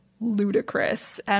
ludicrous